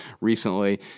recently